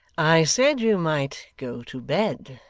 i said you might go to bed,